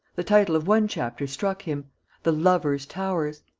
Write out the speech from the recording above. the title of one chapter struck him the lovers' towers.